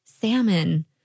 salmon